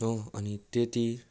अँ अनि त्यति